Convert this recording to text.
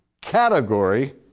category